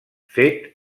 fet